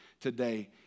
today